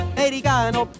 Americano